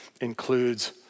includes